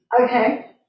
Okay